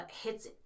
hits